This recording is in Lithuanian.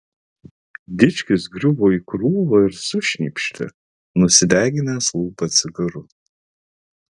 dičkis griuvo į krūvą ir sušnypštė nusideginęs lūpą cigaru